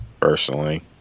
personally